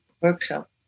workshop